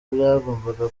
byagombaga